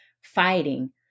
fighting